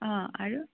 অঁ আৰু